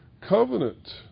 covenant